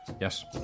Yes